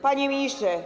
Panie Ministrze!